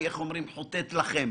חוטאת לכם.